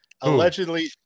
Allegedly